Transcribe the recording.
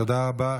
תודה רבה.